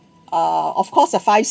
uh of course the five